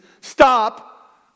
Stop